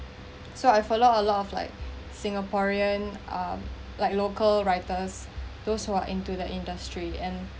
so I followed a lot of like singaporean um like local writers those who are into the industry and